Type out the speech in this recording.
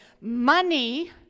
money